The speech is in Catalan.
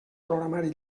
programari